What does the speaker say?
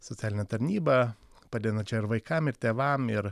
socialinę tarnybą padedančią ir vaikam ir tėvam ir